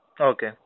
Okay